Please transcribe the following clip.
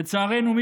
לצערנו,